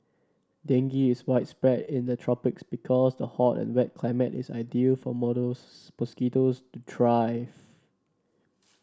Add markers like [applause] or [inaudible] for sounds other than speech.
dengue is widespread in the tropics because the hot and wet climate is ideal for models [unintelligible] mosquitoes to thrive